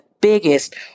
biggest